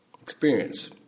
experience